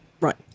Right